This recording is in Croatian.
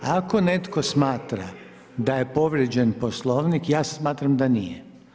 Ako netko smatra da je povrijeđen Poslovnik ja smatram da nije.